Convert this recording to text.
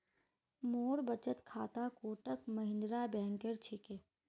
मोर बचत खाता कोटक महिंद्रा बैंकेर छिके